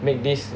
make this